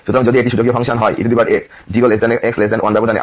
সুতরাং যদি এটি সূচকীয় ফাংশন হয় ex 0 x 1 ব্যবধানে